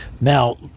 Now